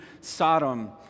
Sodom